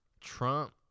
Trump